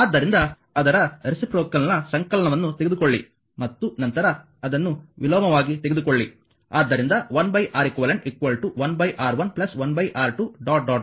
ಆದ್ದರಿಂದ ಅದರ ರೆಸಿಪ್ರೋಕಲ್ನ ಸಂಕಲನವನ್ನು ತೆಗೆದುಕೊಳ್ಳಿ ಮತ್ತು ನಂತರ ಅದನ್ನು ವಿಲೋಮವಾಗಿ ತೆಗೆದುಕೊಳ್ಳಿ ಆದ್ದರಿಂದ 1 R eq 1 R1 1 R2